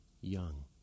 young